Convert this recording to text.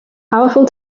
powerful